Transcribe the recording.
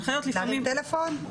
מה ההנחיות, להרים טלפון?